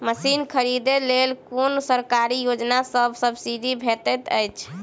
Machine खरीदे लेल कुन सरकारी योजना सऽ सब्सिडी भेटैत अछि?